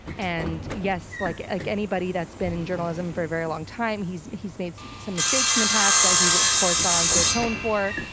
and yes, like like anybody that's been in journalism for a very long time, he's he's made some mistakes in the past that he's of course gone to atone for,